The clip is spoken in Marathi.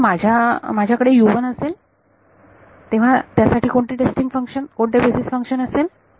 त्यामुळे माझ्या माझ्याकडे असेल तेव्हा त्यासाठी कोणते टेस्टिंग कोणते बेसीस फंक्शन असेल